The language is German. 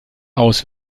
aus